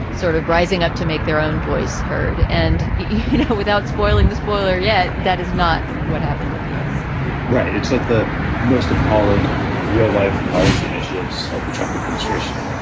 sort of rising up to make their own voice heard. and, you know, without spoiling this boiler yet. that is not what happened at the end right. it's like the most appalling real-life policy initiatives of the trump administration